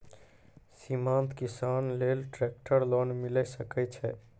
सीमांत किसान लेल ट्रेक्टर लोन मिलै सकय छै?